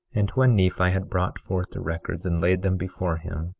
and when nephi had brought forth the records, and laid them before him,